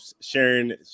Sharing